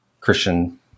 Christian